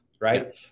right